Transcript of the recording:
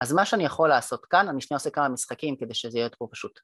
אז מה שאני יכול לעשות כאן, אני שנייה עושה כמה משחקים כדי שזה יהיה יותר פשוט.